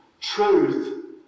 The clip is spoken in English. truth